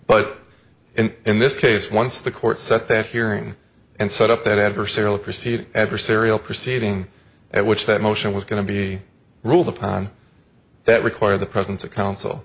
t in this case once the court set that hearing and set up that adversarial proceeding adversarial proceeding at which that motion was going to be ruled upon that require the presence of coun